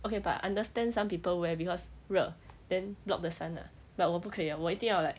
okay but I understand some people wear because 热 then block the sun lah but 我不可以 eh 我一定要 like